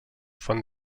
font